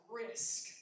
risk